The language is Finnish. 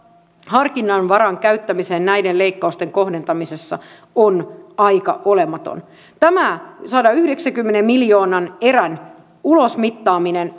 harkinnanvaran käyttämiseen näiden leikkausten kohdentamisessa on aika olematon tämä sadanyhdeksänkymmenen miljoonan erän ulosmittaaminen